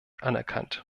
anerkannt